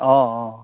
অঁ অঁ